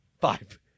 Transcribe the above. Five